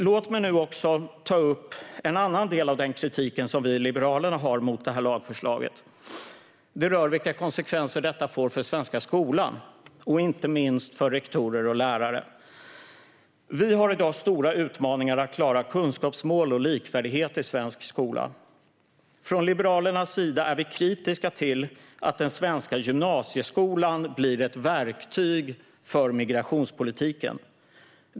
Låt mig nu också ta upp en annan del av den kritik som vi i Liberalerna har mot lagförslaget. Det rör vilka konsekvenser detta får för den svenska skolan, inte minst för rektorer och lärare. Vi har i dag stora utmaningar när det gäller att klara kunskapsmål och likvärdighet i svensk skola. Från Liberalernas sida är vi kritiska till att den svenska gymnasieskolan blir ett verktyg för migrationspolitiken.